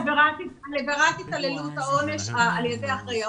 על עבירת התעללות על ידי אחראי,